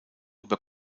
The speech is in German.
über